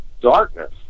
darkness